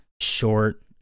short